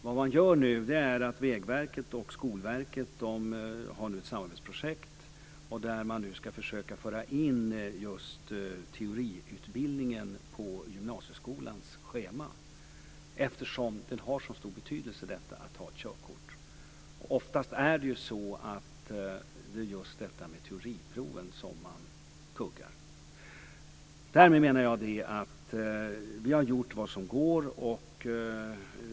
Vad som nu sker är att Vägverket och Skolverket har ett samarbetsprojekt där man ska försöka föra in teoriutbildningen på gymnasieskolans schema, eftersom detta med att ha ett körkort har en så stor betydelse. Ofta är det också så att det är just på teoriproven som man kuggas. Därmed menar jag att vi har gjort vad som går.